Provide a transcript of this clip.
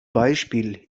beispiel